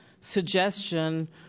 suggestion